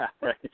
right